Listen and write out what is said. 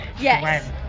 Yes